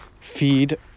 feed